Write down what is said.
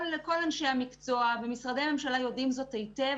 כל אנשי המקצוע ומשרדי הממשלה יודעים זאת היטב